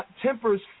tempers